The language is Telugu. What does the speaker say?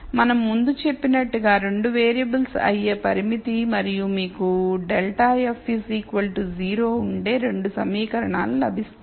మనం ముందు చెప్పినట్లుగా 2 వేరియబుల్స్ అయ్యే పరిమితి మరియు మీకు ∇f 0 ఉండే 2 సమీకరణాలు లభిస్తాయి